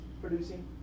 producing